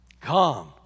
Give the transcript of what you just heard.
come